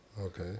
Okay